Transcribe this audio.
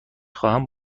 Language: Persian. خواهم